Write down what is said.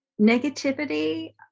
negativity